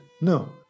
No